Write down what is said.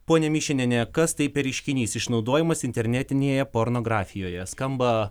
ponia mišinienė kas tai per reiškinys išnaudojimas internetinėje pornografijoje skamba